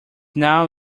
now